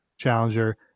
challenger